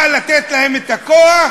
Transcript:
באה לתת להם את הכוח